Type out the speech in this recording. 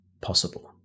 possible